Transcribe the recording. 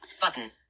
Button